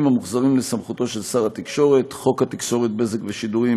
המוחזרים לסמכותו של שר התקשורת: חוק התקשורת (בזק ושידורים),